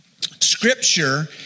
Scripture